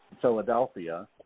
Philadelphia